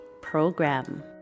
program